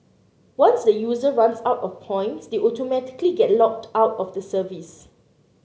once the user runs out of points they automatically get locked out of the service